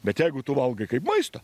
bet jeigu tu valgai kaip maistą